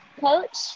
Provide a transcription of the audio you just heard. coach